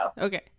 Okay